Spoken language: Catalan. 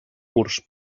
curts